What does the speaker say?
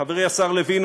חברי השר לוין,